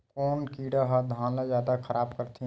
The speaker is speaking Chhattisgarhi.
कोन कीड़ा ह धान ल जादा खराब करथे?